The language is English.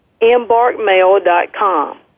EmbarkMail.com